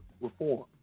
reform